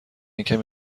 کمی